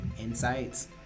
insights